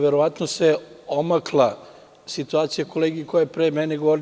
Verovatno se omakla situacija kolegi koji je pre mene govorio.